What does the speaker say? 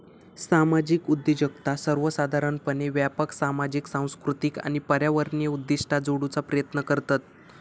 सामाजिक उद्योजकता सर्वोसाधारणपणे व्यापक सामाजिक, सांस्कृतिक आणि पर्यावरणीय उद्दिष्टा जोडूचा प्रयत्न करतत